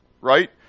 right